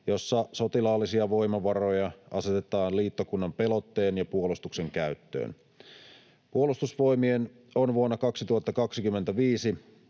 jossa sotilaallisia voimavaroja asetetaan liittokunnan pelotteen ja puolustuksen käyttöön. Puolustusvoimien on vuonna 2025